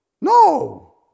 No